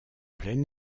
plein